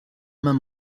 main